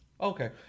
Okay